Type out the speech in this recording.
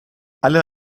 alle